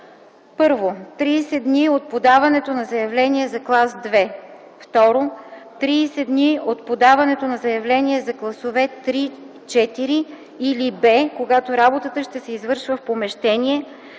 тридесет дни от подаването на заявление за клас 2; 2. тридесет дни от подаването на заявление за класове 3, 4 или Б, когато работата ще се извършва в помещение,